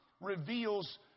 reveals